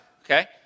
Okay